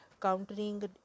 countering